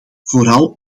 vooral